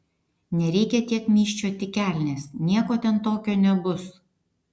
nereikia tiek myžčiot į kelnes nieko ten tokio nebus